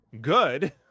good